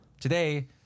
Today